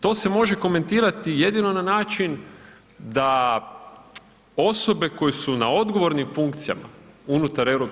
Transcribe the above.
To se može komentirati jedino na način da osobe koje su na odgovornim funkcijama unutar EU-a